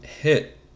hit